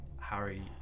Harry